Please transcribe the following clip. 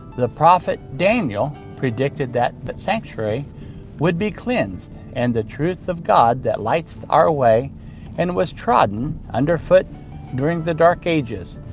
the prophet daniel predicted that the sanctuary would be cleansed and the truth of god that lights our way and was trodden under foot during the dark ages,